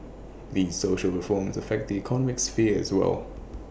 these social reforms affect the economic sphere as well